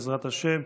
בעזרת השם.